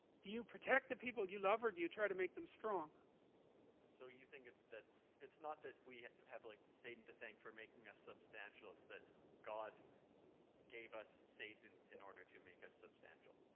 do you protect the people you love or, do you try, to make them strong so you think it's that it's not that, we have like satan to thank for making us substantial it's that god gave us satan in order to make us substantial,